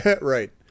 Right